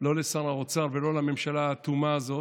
לא לשר האוצר ולא לממשלה האטומה הזאת,